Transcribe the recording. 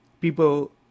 people